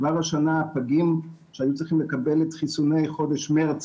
כבר השנה פגים שהיו צריכים לקבל את חיסוני חודש מרץ,